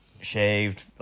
shaved